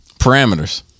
Parameters